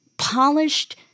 polished